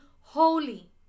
holy